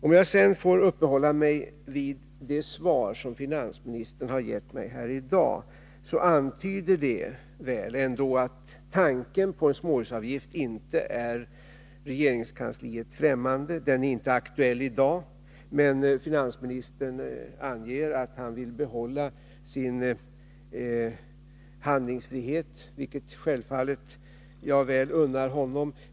Om jag sedan får uppehålla mig vid det svar som finansministern har gett mig här i dag, antyder det väl ändå att tanken på en småhusavgift inte är regeringskansliet främmande. Den är inte aktuell i dag, men finansministern anger att han vill behålla sin handlingsfrihet, vilket jag självfallet unnar honom.